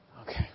Okay